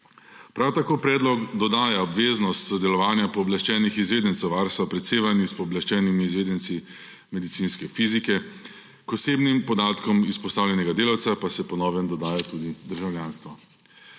Prav tako predlog dodaja obveznost sodelovanja pooblaščenih izvedencev varstva pred sevanji s pooblaščenimi izvedenci medicinske fizike, k osebnim podatkom izpostavljenega delavca pa se po novem dodaja tudi državljanstvo.